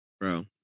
bro